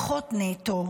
יהיה להם פחות נטו,